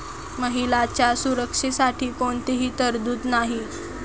महिलांच्या सुरक्षेसाठी कोणतीही तरतूद नाही